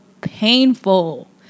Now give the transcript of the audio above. painful